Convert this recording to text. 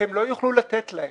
הם לא יוכלו לתת להם.